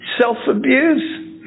Self-abuse